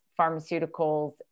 pharmaceuticals